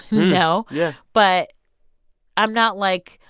no yeah but i'm not like,